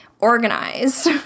organized